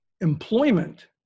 employment